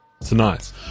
tonight